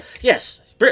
yes